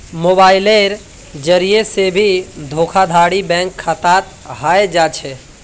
मोबाइलेर जरिये से भी धोखाधडी बैंक खातात हय जा छे